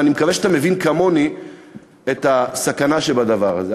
ואני מקווה שאתה מבין כמוני את הסכנה שבדבר הזה.